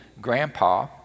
grandpa